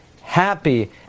happy